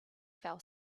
fell